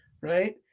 Right